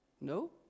No